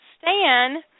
stan